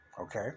Okay